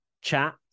Chat